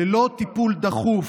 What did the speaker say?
ללא טיפול דחוף